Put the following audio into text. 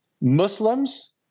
Muslims